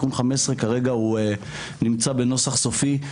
תיקון 5. כרגע הוא נמצא בנוסח סופי,